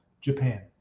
Japan